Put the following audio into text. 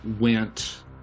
went